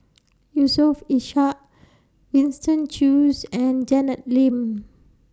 Yusof Ishak Winston Choos and Janet Lim